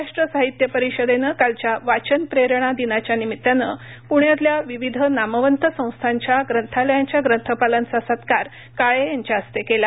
महाराष्ट्र साहित्य परिषदेनं कालच्या वाचन प्रेरणदिनाच्या निमित्तानं पुण्यातल्या विविध नामवंत संस्थांच्या ग्रंथालयांच्या ग्रंथपालांचा सत्कार काळे यांच्या हस्ते केला